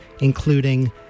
including